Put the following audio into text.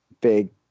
big